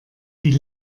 die